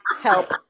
help